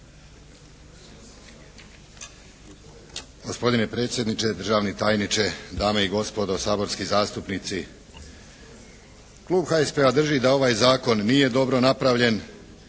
Gospodine predsjedniče, državni tajniče, dame i gospodo, saborski zastupnici. Klub HSP-a drži da ovaj zakon nije dobro napravljen.